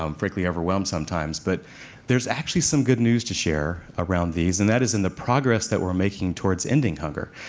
um frankly, overwhelmed sometimes. but there's actually some good news to share around these, and that is in the progress that we're making towards ending hunger.